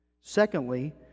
Secondly